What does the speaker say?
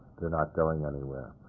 they're not going anywhere.